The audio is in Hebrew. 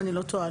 אם אני לא טועה,